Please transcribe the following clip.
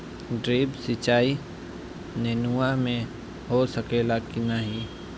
Drip सिंचाई नेनुआ में हो सकेला की नाही?